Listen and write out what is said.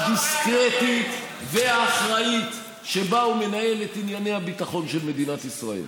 הדיסקרטית והאחראית שבה הוא מנהל את ענייני הביטחון של מדינת ישראל.